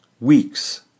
Weeks